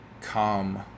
come